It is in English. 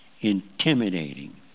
intimidating